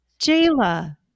Jayla